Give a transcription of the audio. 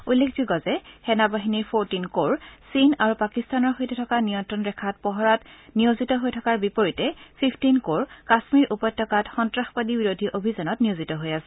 উল্লেখযোগ্য যে সেনা বাহিনীৰ ফৰটিন কৰ চীন আৰু পাকিস্তানৰ সৈতে থকা নিয়ন্ত্ৰণ ৰেখাৰ পহৰাত নিয়োজিত হৈ থকাৰ বিপৰীতে ফিফটিন কৰ কাশ্মীৰ উপত্যকাত সন্ত্ৰাসবাদী বিৰোধী অভিযানত নিয়োজিত হৈ আছে